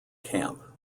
camp